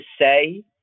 say